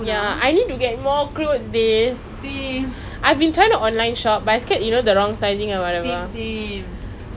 !woo! cotton on !wah! did you know they have um this shirt err I saw that day sia you know X_O